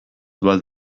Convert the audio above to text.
bat